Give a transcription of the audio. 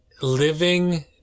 living